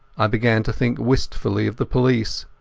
i began to think wistfully of the police,